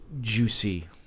juicy